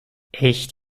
echt